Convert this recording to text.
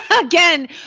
Again